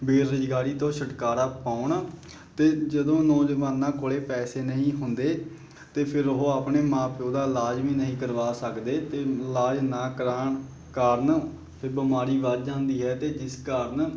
ਬੇਰੁਜ਼ਗਾਰੀ ਤੋਂ ਛੁਟਕਾਰਾ ਪਾਉਣ ਅਤੇ ਜਦੋਂ ਨੌਜਵਾਨਾਂ ਕੋਲ ਪੈਸੇ ਨਹੀਂ ਹੁੰਦੇ ਤਾਂ ਫਿਰ ਉਹ ਆਪਣੇ ਮਾਂ ਪਿਉ ਦਾ ਇਲਾਜ ਵੀ ਨਹੀਂ ਕਰਵਾ ਸਕਦੇ ਅਤੇ ਇਲਾਜ ਨਾ ਕਰਾਉਣ ਕਾਰਨ ਅਤੇ ਬਿਮਾਰੀ ਵੱਧ ਜਾਂਦੀ ਹੈ ਅਤੇ ਜਿਸ ਕਾਰਨ